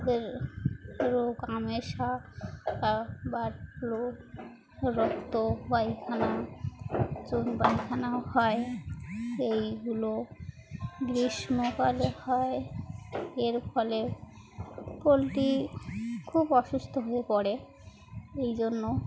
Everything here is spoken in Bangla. যেমন রোগ আমাশা বার্ড ফ্লু রক্ত পায়খানা চুন পায়খানাও হয় সেইগুলো গ্রীষ্মকালে হয় এর ফলে পোলট্রি খুব অসুস্থ হয়ে পড়ে এই জন্য